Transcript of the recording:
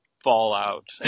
fallout